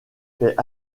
fait